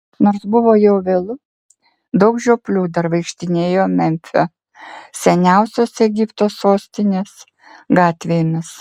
nors buvo jau vėlu daug žioplių dar vaikštinėjo memfio seniausios egipto sostinės gatvėmis